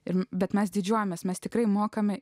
ir bet mes didžiuojamės mes tikrai mokame